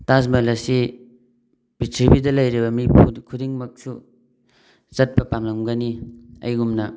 ꯇꯥꯖ ꯃꯍꯜ ꯑꯁꯤ ꯄ꯭ꯔꯤꯊꯤꯕꯤꯗ ꯂꯩꯔꯤꯕ ꯃꯤ ꯄꯣꯠ ꯈꯨꯗꯤꯡꯃꯛꯁꯨ ꯆꯠꯄ ꯄꯥꯝꯂꯝꯒꯅꯤ ꯑꯩꯒꯨꯝꯅ